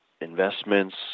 investments